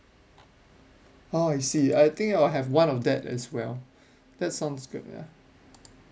oh I see I think I'll have one of that as well that sounds good ya